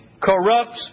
corrupts